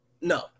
no